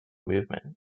movement